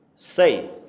Say